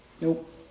Nope